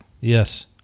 Yes